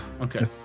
Okay